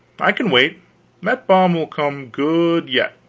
i can wait that bomb will come good yet.